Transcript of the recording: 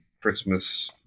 Christmas